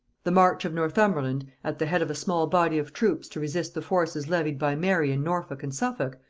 the march of northumberland at the head of a small body of troops to resist the forces levied by mary in norfolk and suffolk,